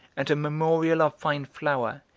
and a memorial of fine flour,